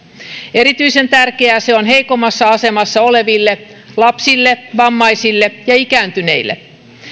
erityisen tärkeää se on heikommassa asemassa oleville lapsille vammaisille ja ikääntyneille